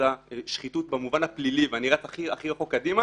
נתפסה שחיתות במובן הפלילי ואני רץ הכי רחוק קדימה